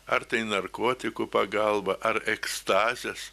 ar tai narkotikų pagalba ar ekstazės